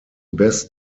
best